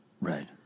Right